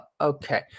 okay